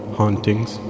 hauntings